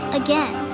again